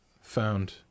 found